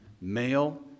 male